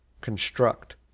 construct